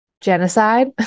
genocide